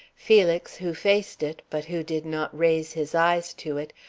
felix, who faced it, but who did not raise his eyes to it,